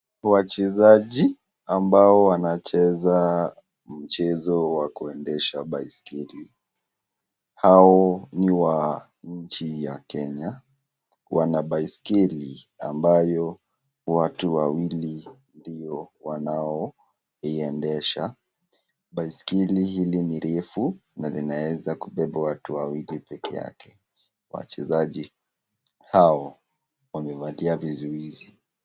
Wachezaji ambao wanacheza mchezo wa kuendesha baiskeli, hao ni wa nchi ya Kenya, wana baiskeli ambayo watu wawili ndio wanaooiendesha, baiskeli hili ni refu na linaeza kubeba watu wawili peke yake, wachezaji hao wamevalia vizuizi.